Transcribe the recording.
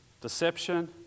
deception